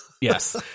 Yes